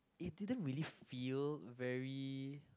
it didn't really feel very